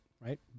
right